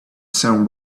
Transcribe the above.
sun